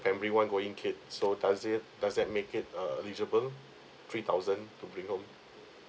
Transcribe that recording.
primary one going kids so does it does that make it err eligible three thousand to bring home